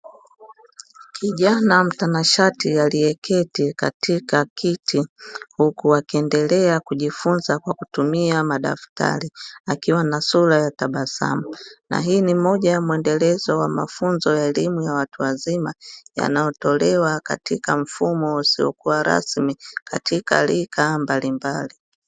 Kijana mtanashati aliyeketi katika kiti huku akiendelea kujifunza kwa kutumia madaftari akiwa na sura ya tabasamu, na hii ni moja ya mwendelezo wa mafunzo ya elimu ya watu wazima yanayotolewa katika mfumo usiokuwa rasmi katika rika mbalimbali.